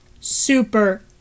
super